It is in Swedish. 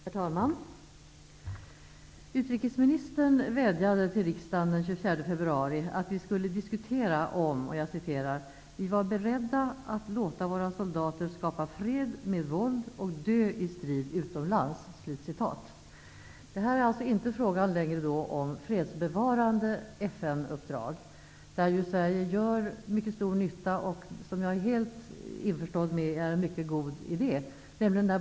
Herr talman! Utrikesministern vädjade till riksdagen den 24 februari att vi skulle diskutera om ''vi var beredda att låta våra soldater skapa fred med våld och dö i strid utomlands''. Det är här alltså inte längre fråga om fredsbevarande FN uppdrag, där ju Sverige gör mycket stor nytta och som jag är helt införstådd med är en god idé.